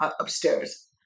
upstairs